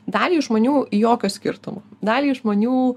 daliai žmonių jokio skirtumo daliai žmonių